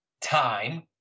time